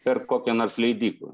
per kokią nors leidyklą